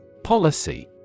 Policy